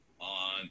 on